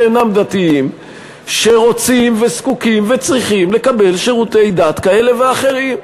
שאינם דתיים ורוצים וזקוקים וצריכים לקבל שירותי דת כאלה ואחרים.